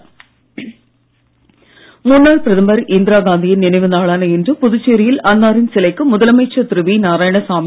புதுச்சேரி இந்திரா முன்னாள் பிரதமர் இந்திராகாந்தியின் நினைவு நாளான இன்று புதுச்சேரியில் அன்னாரின் சிலைக்கு முதலமைச்சர் திரு வி நாராயணசாமி